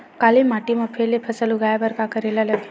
काली माटी म फेर ले फसल उगाए बर का करेला लगही?